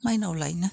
माइनाव लायो ना